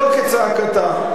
לא כצעקתה.